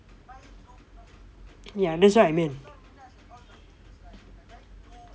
ya that's what I meant